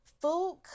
food